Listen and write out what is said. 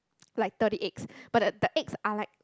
like thirty eggs but the eggs are like